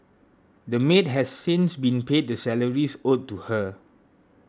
the maid has since been paid the salaries owed to her